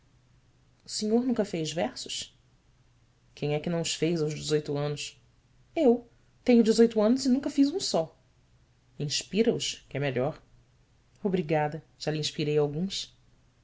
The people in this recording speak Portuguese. o senhor nunca fez versos uem é que não os fez aos dezoito anos u enho dezoito anos e nunca fiz um só nspira os que é melhor brigada á lhe inspirei alguns